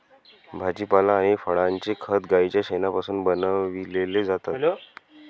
भाजीपाला आणि फळांचे खत गाईच्या शेणापासून बनविलेले जातात